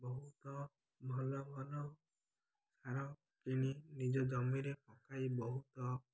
ବହୁତ ଭଲ ଭଲ ସାର କିଣି ନିଜ ଜମିରେ ପକାଇ ବହୁତ